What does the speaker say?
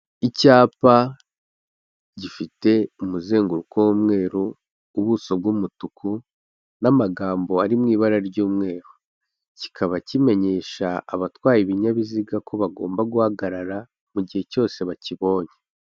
Icyapa gifite umuzenguruko w'umweru, ubuso bw'umutuku n'amagambo ari mu ibara ry'umweru, kikaba kimenyesha abatwaye ibinyabiziga ko bagomba guhagarara, mu gihe cyose bakibonye.